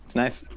nice.